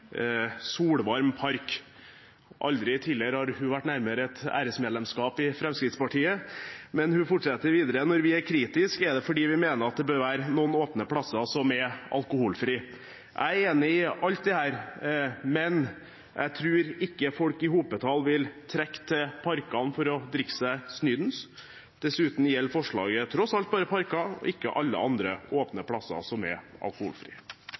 solvarm park». Aldri tidligere har hun vært nærmere et æresmedlemskap i Fremskrittspartiet, men hun fortsatte videre: «Når vi er kritiske, er det fordi vi mener det bør være noen åpne plasser som er alkoholfrie.» Jeg er enig i alt dette, men jeg tror ikke folk i hopetall vil trekke til parkene for å drikke seg snydens. Dessuten gjelder forslaget tross alt bare parker, ikke alle andre åpne plasser som er alkoholfrie.